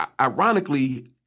Ironically